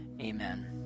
amen